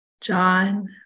John